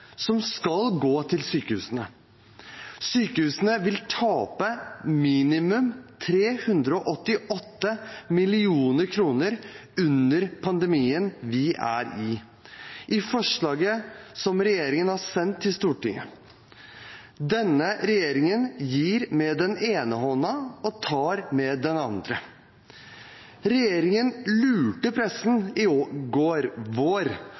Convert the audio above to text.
Sykehusene vil tape minimum 388 mill. kr under pandemien vi er i, med forslaget som regjeringen har sendt til Stortinget. Denne regjeringen gir med den ene hånden og tar med den andre. Regjeringen lurte pressen i vår